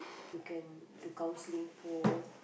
you can to counselling for